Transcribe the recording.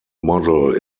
model